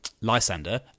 Lysander